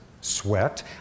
sweat